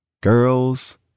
girls